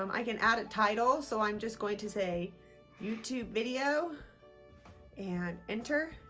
um i can add a title so i'm just going to say youtube video and enter